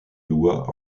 lois